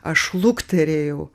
aš lukterėjau